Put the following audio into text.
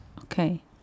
Okay